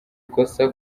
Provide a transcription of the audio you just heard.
ikosa